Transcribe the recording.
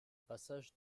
passage